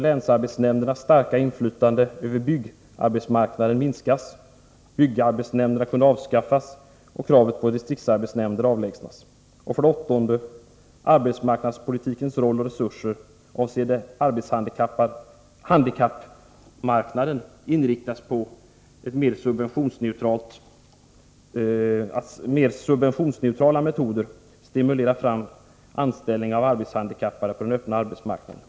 Länsarbetsnämndernas starka inflytande över byggarbetsmarknaden kunde minskas. Byggarbetsnämnderna kunde avskaffas och kravet på distriktsarbetsnämnder avlägsnas. 8. Arbetsmarknadspolitikens roll och resurser avseende handikapparbetsmarknaden borde inriktas på att med subventionsneutrala metoder stimulera fram ökad anställning av arbetshandikappade på den öppna arbetsmarknaden.